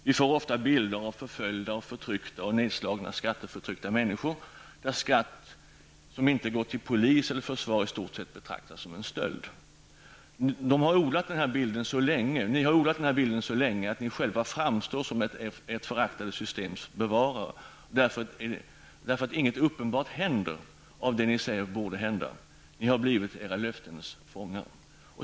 Det visas bilder av följda, förtryckta, nedslagna, skatteförtryckta människor, och den skatt som inte går till polis och försvar betraktas i stort sett som stöld. Ni har odlat denna bild så länge att ni själva framstår som ert föraktade systems bevarare, därför att inget uppenbart händer av det ni säger borde hända. Ni har blivit era löftens fångar.